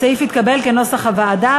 הסעיף התקבל כנוסח הוועדה.